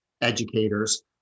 educators